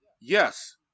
Yes